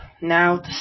now